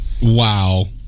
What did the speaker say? wow